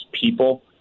people